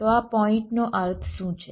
તો આ પોઇન્ટનો અર્થ શું છે